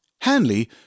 Hanley